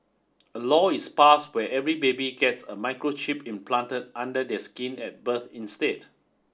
a law is passed where every baby gets a microchip implanted under their skin at birth instead